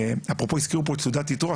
אפרופו הזכירו פה את סעודת יתרו,